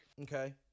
Okay